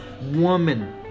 woman